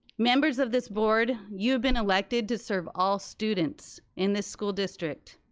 members of this board, you've been elected to serve all students in this school district,